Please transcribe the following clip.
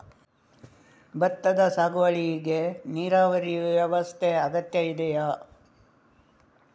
ಭತ್ತದ ಸಾಗುವಳಿಗೆ ನೀರಾವರಿ ವ್ಯವಸ್ಥೆ ಅಗತ್ಯ ಇದೆಯಾ?